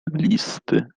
listy